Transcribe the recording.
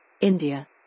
India